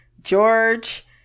George